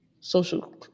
social